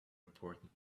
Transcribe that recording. important